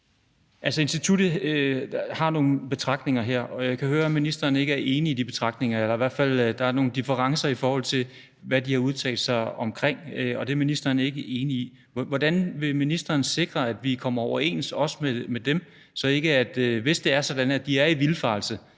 instituttet har nogle betragtninger her, og jeg kan høre, at ministeren ikke er enig i de betragtninger. Der er i hvert fald nogle differencer, i forhold til hvad de har udtalt omkring det, og det er ministeren ikke enig i. Hvordan vil ministeren sikre, at vi kommer overens, også med dem, så vi – hvis det er sådan, at de er i en vildfarelse